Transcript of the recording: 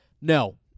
No